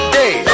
day